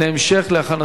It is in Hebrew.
טוב.